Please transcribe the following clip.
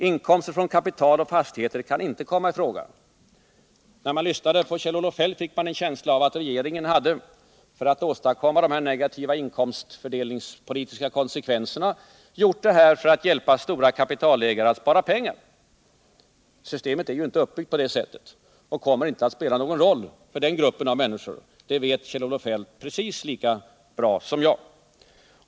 Inkomster från kapital och fastigheter kan inte komma i fråga. När man lyssnade på Kjell-Olof Feldt fick man en känsla av att regeringen för att åstadkomma de enligt hans mening negativa imkomstpolitiska konsekvenserna hade föreslagit denna sparform i syfte av hjälpa stora kapitalägare att tjäna pengar. Systemet är ju inte uppbyggt på det sättet och kommer inte att spela någon roll för den gruppen av människor. Det vet Kjell Olof Feldt precis lika bra som jag.